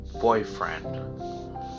Boyfriend